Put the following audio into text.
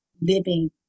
living